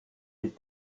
est